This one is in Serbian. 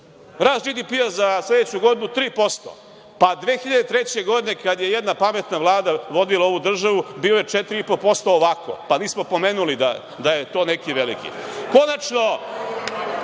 Rast BDP za sledeću godinu 3%, pa 2003. godine kad je jedna pametna Vlada vodila ovu državu bio je 4,5% ovako, pa nismo pomenuli da je to neki veliki. Konačno,